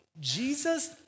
Jesus